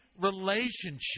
relationship